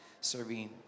serving